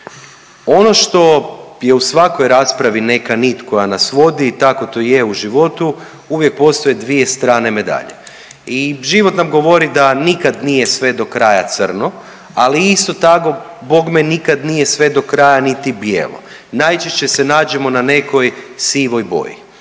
Ono što je u svakoj raspravi neka nit koja nas vodi i tako to je u životu uvijek postoje dvije strane medalje i život nam govori da nikad nije sve do kraja crno, ali isto tako bogme nikad nije sve do kraja niti bijelo. Najčešće se nađemo na nekoj sivoj boji.